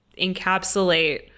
encapsulate